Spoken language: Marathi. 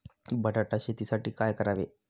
बटाटा शेतीसाठी काय करावे?